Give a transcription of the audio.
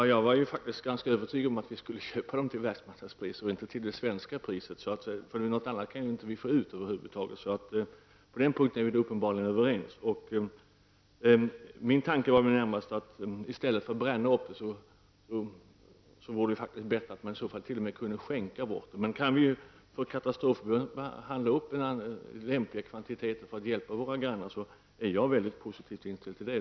Herr talman! Jag var ganska övertygad om att vi skulle köpa till världsmarknadspriser, inte till svenska priser, för något annat kan vi inte få ut över huvud taget. Så på den punkten är vi uppenbarligen överens. Min tanke var närmast att vi i stället för att bränna upp kunde vi skänka bort överskottet. Kan vi för katastrofändamål handla upp en lämplig kvantitet för att hjälpa våra grannar, är jag väldigt positivt inställd.